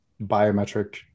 biometric